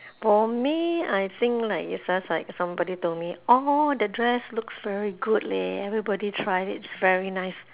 for me I think like it's just like someboy told me orh that dress looks very good leh everybody tried it's very nice